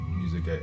music